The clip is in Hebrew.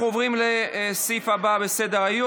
אנחנו עוברים לסעיף הבא בסדר-היום,